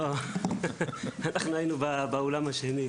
אנחנו היינו באולם השני.